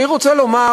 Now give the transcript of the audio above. אני רוצה לומר,